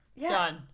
done